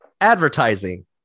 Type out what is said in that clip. Advertising